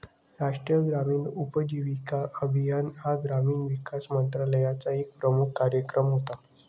राष्ट्रीय ग्रामीण उपजीविका अभियान हा ग्रामीण विकास मंत्रालयाचा एक प्रमुख कार्यक्रम होता